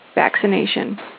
Vaccination